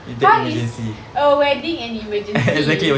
how is a wedding an emergency